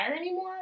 anymore